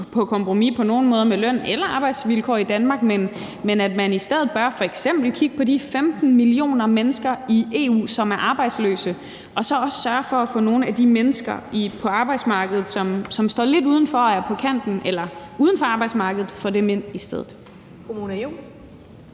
på kompromis med løn eller arbejdsvilkår i Danmark, men at man f.eks. i stedet bør kigge på de 15 millioner mennesker i EU, som er arbejdsløse, og så sørge for at få nogle af de mennesker, altså dem, som står lidt uden for og er på kanten eller helt uden for arbejdsmarkedet, ind på